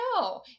No